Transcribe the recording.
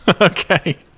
Okay